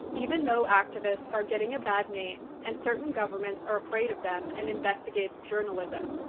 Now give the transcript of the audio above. even though activists are getting a bad name and certain governments are afraid of them and investigative journalism,